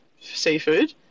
seafood